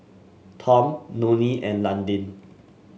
Tom Nonie and Londyn